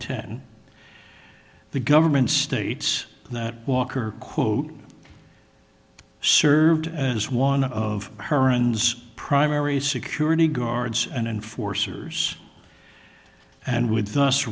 ten the government states that walker quote served as one of her and primary security guards and enforcers and with us